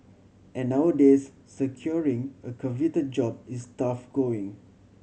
and nowadays securing a coveted job is tough going